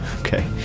okay